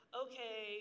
okay